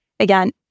again